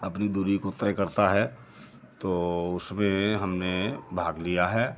अपनी दूरी को तय करता है तो उसमें हमने भाग लिया है